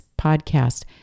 podcast